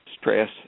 stress